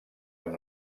amb